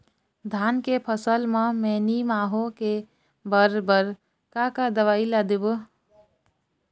धान के फसल म मैनी माहो के बर बर का का दवई ला देबो?